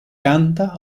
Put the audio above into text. canta